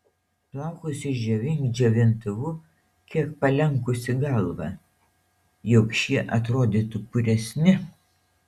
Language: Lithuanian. plaukus išdžiovink džiovintuvu kiek palenkusi galvą jog šie atrodytų puresni